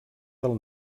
del